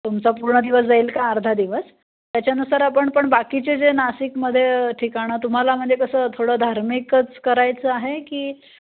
तुमचा पूर्ण दिवस जाईल का अर्धा दिवस त्याच्यानुसार आपण पण बाकीचे जे नाशिकमध्ये ठिकाणं तुम्हाला म्हणजे कसं थोडं धार्मिकच करायचं आहे की